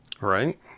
right